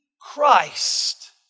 Christ